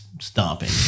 stomping